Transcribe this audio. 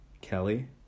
Kelly